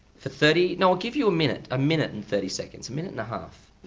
for thirty, no, i'll give you a minute, a minute and thirty seconds, a minute-and-a-half,